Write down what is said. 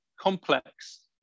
complex